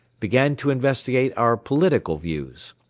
began to investigate our political views.